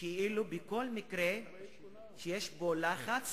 כאילו בכל מקרה שיש בו לחץ,